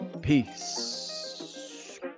Peace